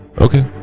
Okay